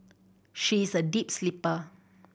she is a deep sleeper